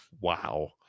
Wow